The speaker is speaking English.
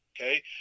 Okay